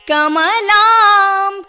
Kamalam